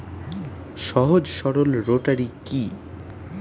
সহজ সরল রোটারি কি?